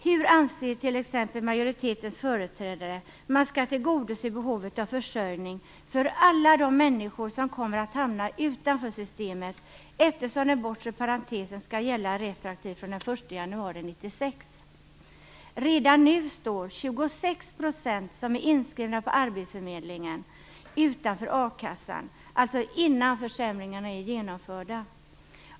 Hur anser t.ex. majoritetens företrädare att man skall tillgodose behovet av försörjning för alla de människor som kommer att hamna utanför systemet, eftersom den bortre parentesen skall gälla retroaktivt från den 1 januari 1996? Redan nu står 26 % som är inskrivna på arbetsförmedlingen utanför a-kassan, alltså innan försämringarna är genomförda.